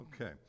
Okay